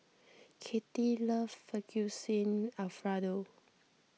Katie loves Fettuccine Alfredo